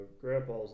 Grandpa's